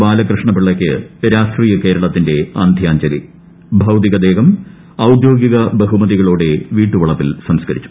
ബാലകൃഷ്ണ പിള്ളയ്ക്ക് രാഷ്ട്രീയ കേരളത്തിന്റെ അന്ത്യാഞ്ജലി ഭൌതിക ദേഹം ഔദ്യോഗിക ബഹുമതികളോടെ വീട്ടുവളപ്പിൽ സംസ്കരിച്ചു